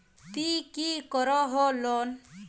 ती की करोहो लोन?